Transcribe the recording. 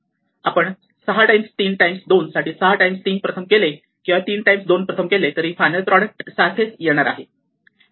आपण 6 times 3 times 2 साठी 6 times 3 प्रथम केले किंवा 3 टाइम्स 2 प्रथम केले तरी फायनल प्रॉडक्ट सारखेच येणार आहे